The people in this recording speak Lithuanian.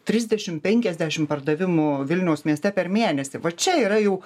trisdešim penkiasdešim pardavimų vilniaus mieste per mėnesį va čia yra jau